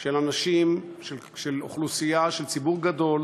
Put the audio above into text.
של אנשים, של אוכלוסייה של ציבור גדול